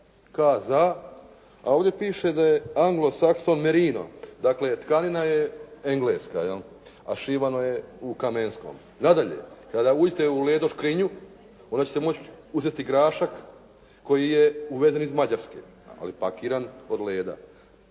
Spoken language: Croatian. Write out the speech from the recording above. ZA", a ovdje piše da je "Anglo Sakson Merino", dakle tkanina je engleska, a šivano je u Kamenskom. Nadalje, kada uđete u Ledo škrinju, onda ćete moći uzeti grašak koji je uvezen iz Mađarske, ali pakiran od Ledo-a,